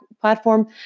platform